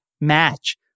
match